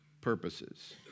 purposes